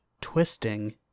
Twisting